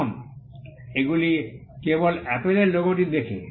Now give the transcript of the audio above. এখন এগুলি কেবল অ্যাপলের লোগোটি দেখে